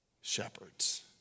shepherds